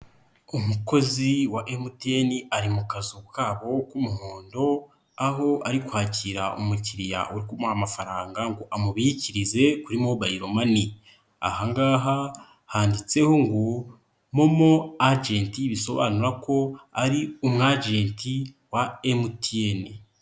Umukozi wa MTN ari mu kazu kabo k'umuhondo aho ari kwakira umukiriya uri kumuha amafaranga ngo amubikirize kuri Mobilomani, aha ngaha handitseho ngo Momo ajenti bisobanura ko ari umwagenti wa MTN.